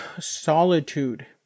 solitude